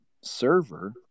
server